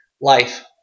life